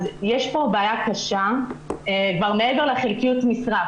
אז יש פה בעיה קשה, גם מעבר לחלקיות המשרה.